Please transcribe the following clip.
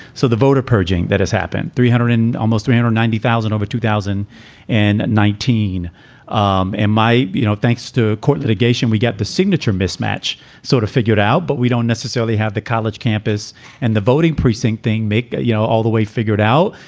so the voter purging that has happened. three hundred in almost random ninety thousand over two thousand and nineteen um in my you know, thanks to court litigation, we get the signature mismatch sort of figured out, but we don't necessarily have the college campus and the voting precinct thing make, you know, all the way figured out,